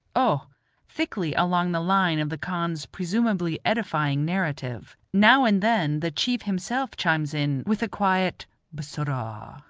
o thickly along the line of the khan's presumably edifying narrative now and then the chief himself chimes in with a quiet b-s-s-s-orah.